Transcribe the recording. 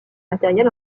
matériel